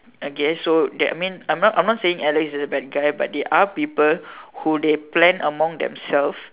I guess so that I mean I'm not I'm not saying Alex is a bad guy but there are people who they plan among themselves